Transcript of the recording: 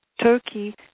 Turkey